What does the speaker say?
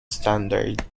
standard